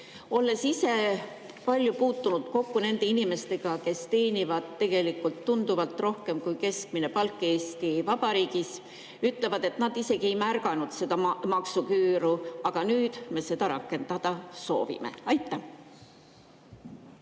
Olen ise palju puutunud kokku nende inimestega, kes teenivad tegelikult tunduvalt rohkem kui keskmine palk Eesti Vabariigis, ja nad ütlevad, et nad isegi ei märganud seda maksuküüru. Aga nüüd me soovime seda [kaotada]. Aitäh,